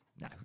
No